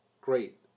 great